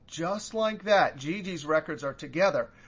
just like that gigi's records are together.